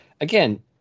again